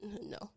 No